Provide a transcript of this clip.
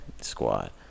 squad